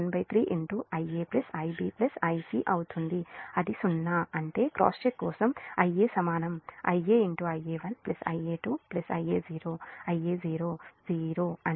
మరియు Ia0 13 Ia Ic Ib అవుతుంది అది 0 అంటేక్రాస్ చెక్ కోసం Ia సమానం Ia Ia1 Ia2 Ia0 Ia0 0